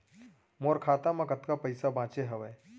मोर खाता मा कतका पइसा बांचे हवय?